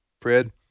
Fred